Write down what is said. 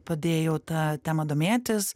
pradėjau tą temą domėtis